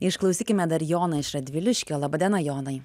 išklausykime dar joną iš radviliškio laba diena jonai